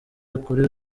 ukuri